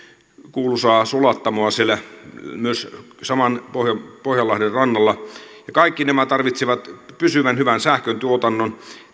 kuuluisaa sulattamoa myös siellä saman pohjanlahden rannalla ja kaikki nämä tarvitsevat pysyvän hyvän sähköntuotannon